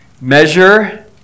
measure